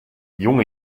junge